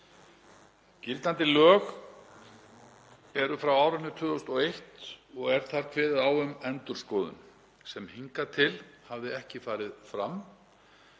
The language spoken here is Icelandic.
Gildandi lög eru frá árinu 2001 og er þar kveðið á um endurskoðun sem hingað til hafði ekki farið fram.